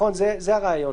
זה הרעיון.